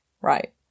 right